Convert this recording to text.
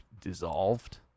dissolved